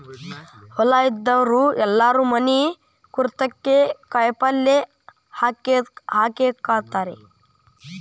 ಹೊಲಾ ಇದ್ದಾವ್ರು ಎಲ್ಲಾರೂ ಮನಿ ಪುರ್ತೇಕ ಕಾಯಪಲ್ಯ ಹಾಕೇಹಾಕತಾರ